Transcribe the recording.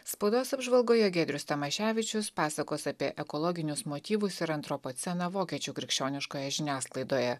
spaudos apžvalgoje giedrius tamaševičius pasakos apie ekologinius motyvus ir antropoceną vokiečių krikščioniškoje žiniasklaidoje